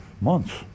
months